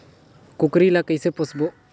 कूकरी ला कइसे पोसबो?